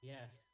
Yes